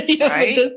Right